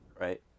right